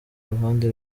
ruhande